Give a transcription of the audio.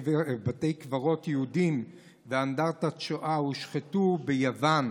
בתי קברות יהודיים ואנדרטת שואה הושחתו ביוון.